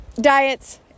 Diets